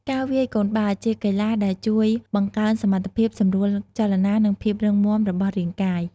ការវាយកូនបាល់ ជាកីឡាដែលជួយបង្កើនសមត្ថភាពសម្រួលចលនា និងភាពរឹងមាំរបស់រាងកាយ។